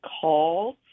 calls